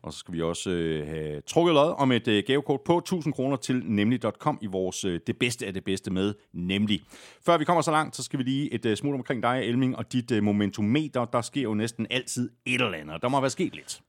Og så skal vi også, øh, have trukket lod om et, øh, gavekort på 1000 kr. til nemlig.com i vores, øh, det bedste af det bedste med nemlig. Før vi kommer så langt, så skal vi lige et, øh, smut omkring dig, Elming, og dit, øh, momentummeter. Der sker jo næsten altid et eller andet. Der må være sket lidt.